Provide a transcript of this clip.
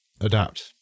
adapt